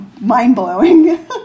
mind-blowing